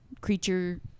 creature